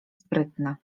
sprytne